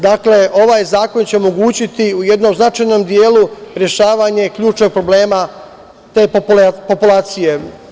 Dakle, ovaj zakon će omogućiti u jednom značajnom delu rešavanje ključnih problema te populacije.